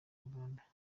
uganda